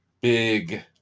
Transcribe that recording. big